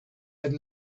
had